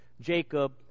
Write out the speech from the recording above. Jacob